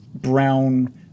brown